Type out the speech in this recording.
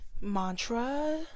mantra